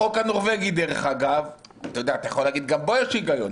החוק הנורבגי, גם בו אתה יכול להגיד שיש היגיון.